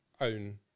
own